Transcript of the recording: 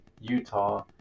utah